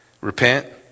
Repent